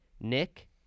Nick